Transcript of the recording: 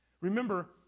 Remember